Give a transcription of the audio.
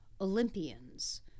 Olympians